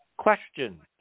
Questions